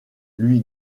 lui